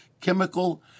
Chemical